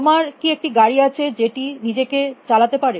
তোমার কী একটি গাড়ি আছে যেটি নিজেকে চালাতে পারে